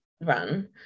run